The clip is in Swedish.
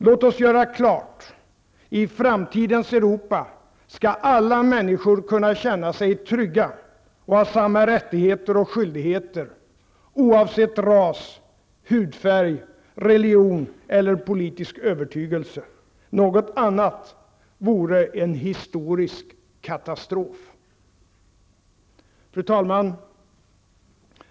Låt oss göra klart att i framtidens Europa skall alla människor kunna känna sig trygga och ha samma rättigheter och skyldigheter oavsett ras, hudfärg, religion eller politisk övertygelse. Något annat vore en historisk katastrof. Fru talman!